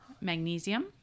magnesium